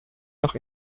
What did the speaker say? noch